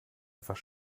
etwas